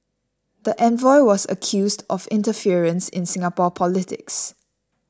the envoy was accused of interference in Singapore politics